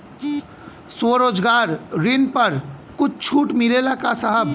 स्वरोजगार ऋण पर कुछ छूट मिलेला का साहब?